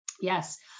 Yes